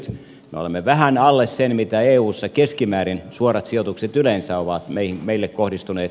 me olemme vähän alle sen miten eussa keskimäärin suorat sijoitukset yleensä ovat kohdistuneet